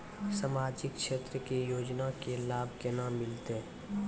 समाजिक क्षेत्र के योजना के लाभ केना मिलतै?